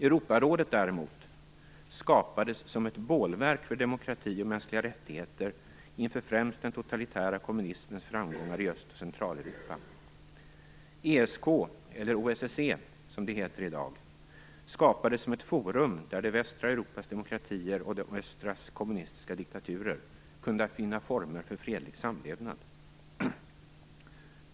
Europarådet däremot skapades som ett bålverk för demokrati och mänskliga rättigheter inför främst den totalitära kommunismens framgångar i Öst och Centraleuropa. ESK eller OSSE, som det heter i dag, skapades som ett forum där det västra Europas demokratier och det östras kommunistiska diktaturer kunde finna former för fredlig samlevnad.